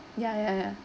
ya ya ya